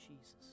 Jesus